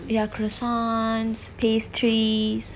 ya croissants pastries